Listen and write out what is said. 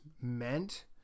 meant